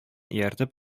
ияртеп